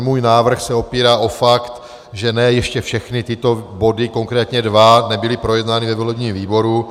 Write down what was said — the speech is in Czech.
Můj návrh se opírá o fakt, že ne ještě všechny tyto body, konkrétně dva, byly projednány ve volebním výboru.